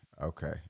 okay